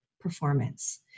performance